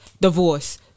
divorce